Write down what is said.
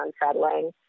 unsettling